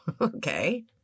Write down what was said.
Okay